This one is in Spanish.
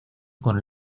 con